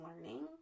learning